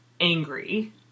angry